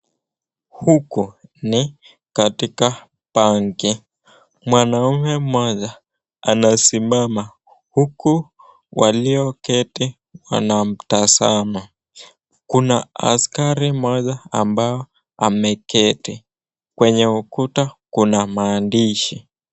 Huku ni katika benki, mwanaume mmoja anasimama huku walioketi wanamtazama. Kuna askari mmoja ambaye ameketi. Kwenye ukuta kuna maandishi.